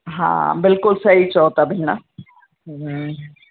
हा बिल्कुलु सही चओ था भेण हम्म